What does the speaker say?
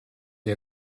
est